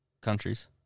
countries